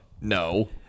no